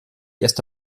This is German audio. erst